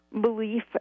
belief